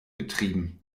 getrieben